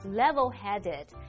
level-headed